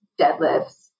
deadlifts